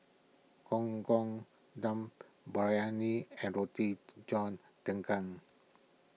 Gong Gong Dum Briyani and Roti John Daging